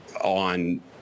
on